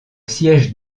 siège